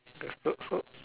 ya so so